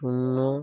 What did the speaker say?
শূন্য